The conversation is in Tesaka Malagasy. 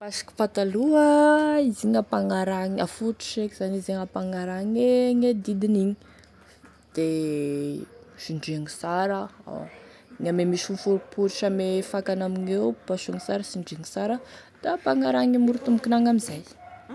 Mipasoka patalogna, izy igny ampagnaragny e, aforotry eky zany izy io ampagnaragny gne didiny igny de sindriagny sara, ny ame misy miforiporitry ame fakany amigneo, pasoagny sara, sindriagny sara, da ampagnaragny ame morotombokiny agny amin'izay.